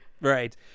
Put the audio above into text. Right